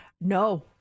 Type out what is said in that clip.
No